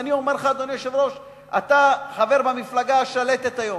אדוני היושב-ראש, אתה חבר במפלגה השלטת היום.